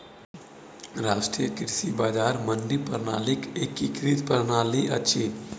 राष्ट्रीय कृषि बजार मंडी प्रणालीक एकीकृत प्रणाली अछि